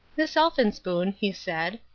miss elphinspoon, he said,